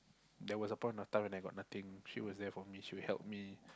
there was a point of time when I got nothing she was there for me she would help me